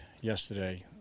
yesterday